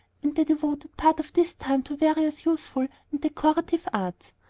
and they devoted part of this time to various useful and decorative arts.